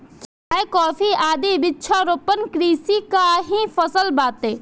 चाय, कॉफी आदि वृक्षारोपण कृषि कअ ही फसल बाटे